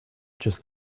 just